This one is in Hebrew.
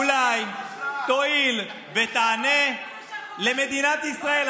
אולי תואיל ותענה למדינת ישראל,